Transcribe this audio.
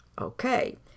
okay